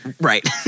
Right